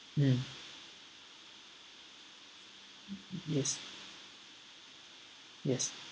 mm yes yes